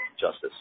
justice